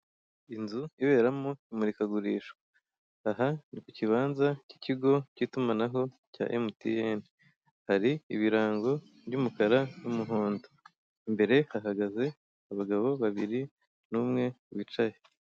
Inzu iberamo imurikagurisha. Aha ni ku kibanza cy'ikigo cy'itumanaho, cya emutiyeni. Hari ibirango by'umukara n'umuhondo. Imbere hahagaze abagabo babiri, n'umwe wicaye.